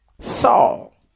Saul